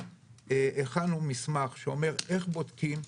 אנחנו הכנו מסמך שאומר איך בודקים,